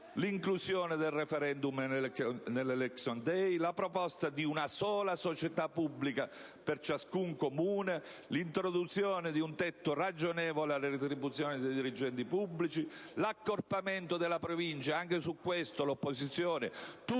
l'inclusione dei *referendum* nell'*election day;* la proposta di una sola società pubblica per ciascun Comune; l'introduzione di un tetto ragionevole alle retribuzioni dei dirigenti pubblici e l'accorpamento delle Province. Anche al riguardo l'opposizione,